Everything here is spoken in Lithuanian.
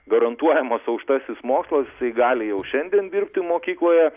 garantuojamas aukštasis mokslas jisai gali jau šiandien dirbti mokykloje